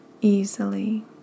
easily